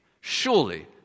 surely